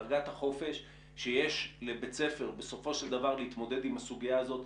דרגת החופש שיש לבית ספר בסופו של דבר להתמודד עם הסוגיה הזאת,